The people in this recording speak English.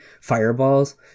fireballs